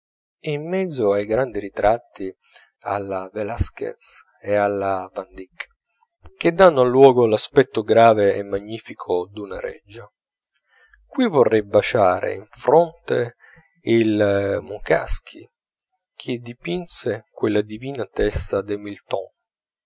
in mezzo ai grandi ritratti alla velasquez e alla van dyck che danno al luogo l'aspetto grave e magnifico d'una reggia qui vorrei baciare in fronte il munkacsy che dipinse quella divina testa del milton